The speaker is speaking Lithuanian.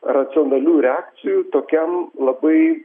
racionalių reakcijų tokiam labai